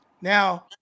Now